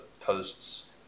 posts